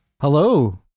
Hello